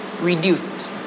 reduced